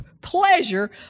pleasure